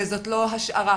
וזאת לא השערה,